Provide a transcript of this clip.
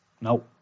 no